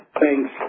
thanks